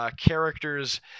characters